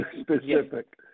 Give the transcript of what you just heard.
specific